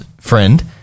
friend